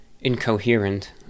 incoherent